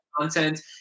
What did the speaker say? content